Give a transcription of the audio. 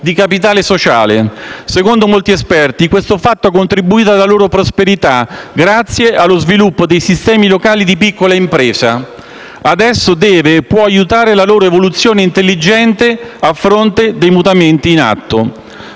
di capitale sociale. Secondo molti esperti, ciò ha contribuito alla loro prosperità grazie allo sviluppo dei sistemi locali di piccole imprese e adesso deve e può aiutare la loro evoluzione intelligente a fronte dei mutamenti in atto.